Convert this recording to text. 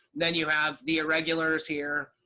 then you have the irregulars here.